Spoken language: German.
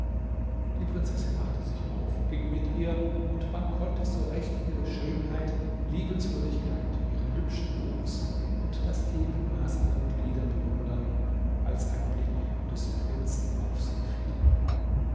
die prinzessin machte sich auf ging mit ihr und man konnte so recht ihre schönheit liebenswürdigkeit ihren hübschen wuchs und das ebenmaß ihrer glieder bewundern als ein blick des prinzen auf sie fiel